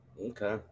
Okay